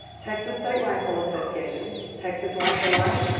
texas state rifle association, texas right to life,